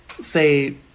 say